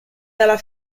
dalla